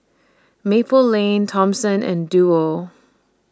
Maple Lane Thomson and Duo